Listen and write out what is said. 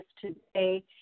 today